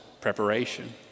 preparation